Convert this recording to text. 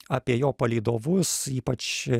apie jo palydovus ypač